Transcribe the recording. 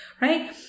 right